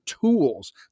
tools